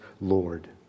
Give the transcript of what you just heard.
lord